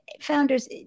Founders